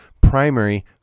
primary